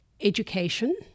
education